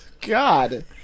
God